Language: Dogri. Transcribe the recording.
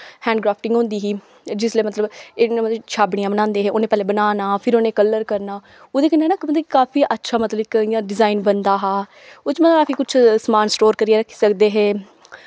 हैंड क्राफ्टिंग होंदी ही जिसलै मतलब इ'यां मतलब छाबड़ियां बनांदे हे उ'नें पैह्लें बनाना फिर उ'नें कलर करना ओह्दे कन्नै ना इक मतलब काफी अच्छा मतलब इक इ'यां डिजाइन बनदा हा ओह्दे च कुछ समान स्टोर करियै रक्खी सकदे हे